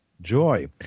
Joy